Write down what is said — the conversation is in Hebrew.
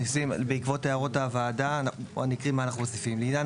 בעקבות הערות הוועדה אני אקריא מה אנחנו מכניסים: "לעניין